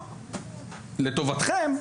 לטובתכם,